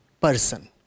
person